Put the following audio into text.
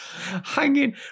Hanging